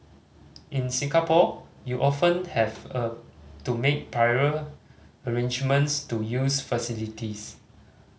in Singapore you often have a to make prior arrangements to use facilities